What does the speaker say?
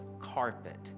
carpet